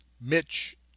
Mitch